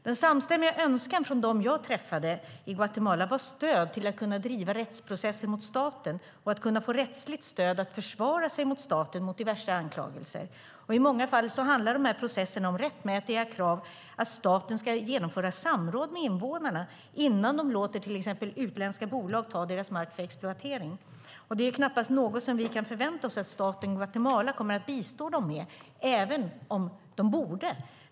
Den samstämmiga önskan från dem jag träffade i Guatemala gällde stöd till att driva rättsprocesser mot staten och rättsligt stöd att försvara sig mot staten mot diverse anklagelser. I många fall handlar processerna om rättmätiga krav på att staten ska genomföra samråd med invånarna innan staten låter till exempel utländska bolag ta deras mark för exploatering. Det är knappast något som vi kan förvänta oss att staten Guatemala kommer att bistå dem med, även om de borde.